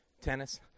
tennis